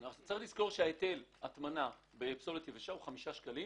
צריך לזכור שהיטל ההטמנה בפסולת יבשה הוא חמישה שקלים.